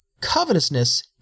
covetousness